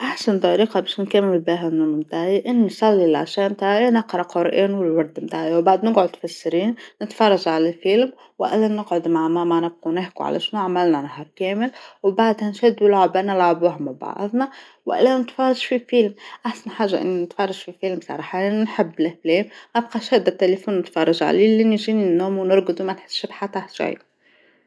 أحسن طريقة باش نكمل بيها اليوم بتاعى إني نصلى العشا بتاعي نقرا قرآن والورد متاعي وبعد نقعد في السرير نتفرج على فيلم وإلا نقعد مع ماما نبقو نحكو على شنو عملنا نهار كامل، وبعدها نشدو لعبة نلعبوها مع بعضنا، وإلا نتفرج في فيلم أحسن حاجة أنو نتفرج في فيلم صراحة لأنو نحب الأفلام أبقى شادة التيليفون نتفرج عليه لين يجيني النوم ونرجد ومنحسش بحتى شئ.